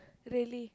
really